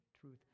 truth